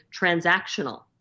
transactional